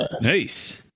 Nice